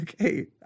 Okay